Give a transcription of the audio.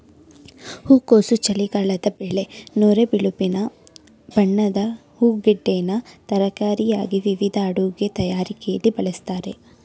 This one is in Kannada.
ಹೂಕೋಸು ಚಳಿಗಾಲದ ಬೆಳೆ ನೊರೆ ಬಿಳುಪು ಬಣ್ಣದ ಹೂಗೆಡ್ಡೆನ ತರಕಾರಿಯಾಗಿ ವಿವಿಧ ಅಡಿಗೆ ತಯಾರಿಕೆಲಿ ಬಳಸ್ತಾರೆ